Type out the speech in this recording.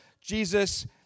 Jesus